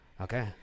okay